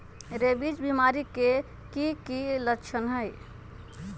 rabies बीमारी के कि कि लच्छन हई